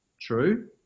True